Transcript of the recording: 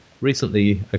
recently